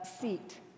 seat